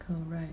correct